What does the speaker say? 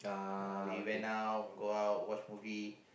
uh we went out go out watch movie